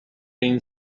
این